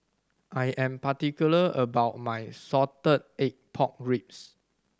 I am particular about my salted egg pork ribs